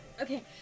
Okay